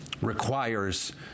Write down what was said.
requires